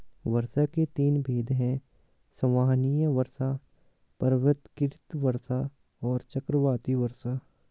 वर्षा के तीन भेद हैं संवहनीय वर्षा, पर्वतकृत वर्षा और चक्रवाती वर्षा